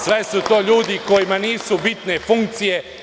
Sve su to ljudi kojima nisu bitne funkcije.